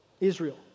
Israel